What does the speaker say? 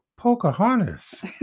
pocahontas